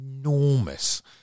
enormous